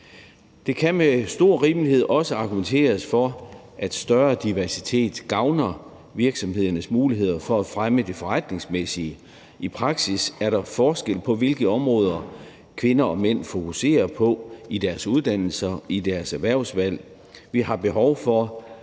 Der kan med stor rimelighed også argumenteres for, at større diversitet gavner virksomhedernes muligheder for at fremme det forretningsmæssige. I praksis er der forskel på, hvilke områder kvinder og mænd fokuserer på i deres uddannelser og i deres erhvervsvalg. Vi har behov for,